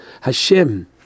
Hashem